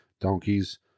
donkeys